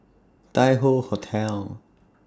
Tai Hoe Hotel